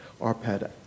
Arpad